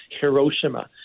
Hiroshima